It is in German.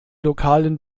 lokalen